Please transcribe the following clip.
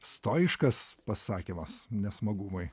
stojiškas pasakymas nesmagumai